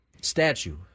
statue